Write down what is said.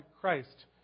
Christ